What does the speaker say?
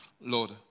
Lord